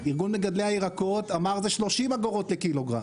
ארגון מגדלי הירקות אמר שזה 30 אגורות לקילוגרם,